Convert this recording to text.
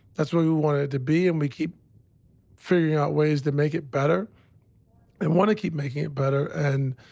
that's what we wanted it to be. and we keep figuring out ways to make it better and want to keep making it better. and,